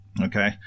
Okay